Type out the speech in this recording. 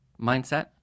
mindset